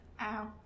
Ow